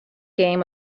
game